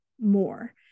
more